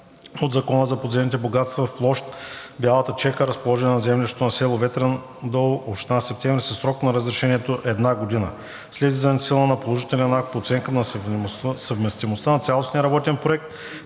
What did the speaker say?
от Закона за подземните богатства, в площ „Бялата чука“, разположена в землището на село Ветрен дол, община Септември, със срок на разрешението една година след влизането в сила на положителен акт по оценка на съвместимостта на цялостния работен проект,